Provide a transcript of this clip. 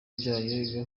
byayo